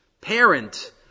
parent